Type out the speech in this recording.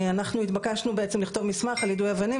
אנחנו התבקשנו בעצם לכתוב מסמך על יידוי אבנים